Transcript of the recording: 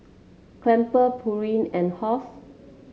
Crumpler Pureen and Halls